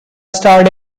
starred